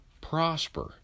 prosper